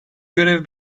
görev